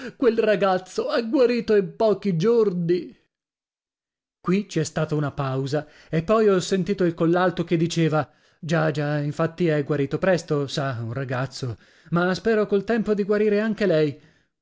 quel ragazzo è guarito in pochi giorni qui ci è stata una pausa e poi ho sentito il collalto che diceva già già infatti è guarito presto sa un ragazzo ma spero col tempo di guarire anche lei